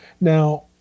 Now